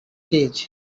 cage